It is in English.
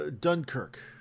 Dunkirk